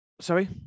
Sorry